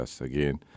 again